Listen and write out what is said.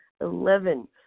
Eleven